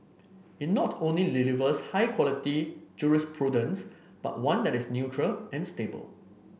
it not only delivers high quality jurisprudence but one that is neutral and stable